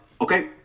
okay